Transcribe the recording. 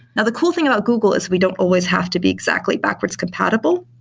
now the cool thing about google is we don't always have to be exactly backwards compatible,